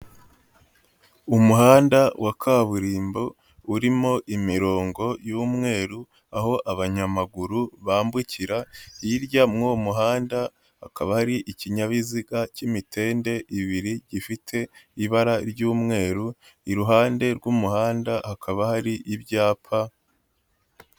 Umuhanda wa kaburimbo, urimo imirongo y'umweru, aho abanyamaguru bambukira, hirya muri uwo muhanda hakaba hari ikinyabiziga cy'imitende ibiri, gifite ibara ry'umweru, iruhande rw'umuhanda hakaba hari ibyapa.